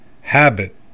habit